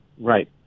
right